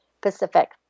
Pacific